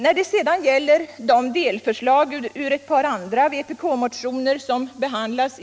När det sedan giller de delförslag ur ett par andra vpk-motioner som behandlas.